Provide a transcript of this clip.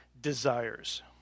desires